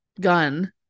gun